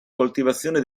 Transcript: coltivazione